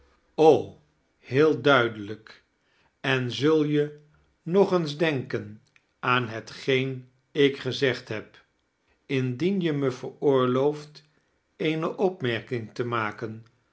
heel duidelijk en zul je nog eens denken aan hetgeen ik gezegd heb indien je me veroorlooft eene opmerking te maken